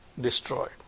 destroyed